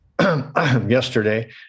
yesterday